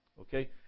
Okay